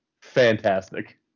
fantastic